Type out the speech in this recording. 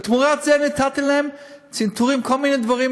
ותמורת זה נתתי להם צנתורים, כל מיני דברים